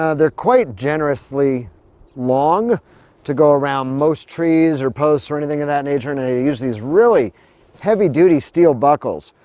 ah they're quite generously long to go around most trees or posts, or anything of that nature, and they use these really heavy-duty steel buckles